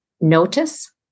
notice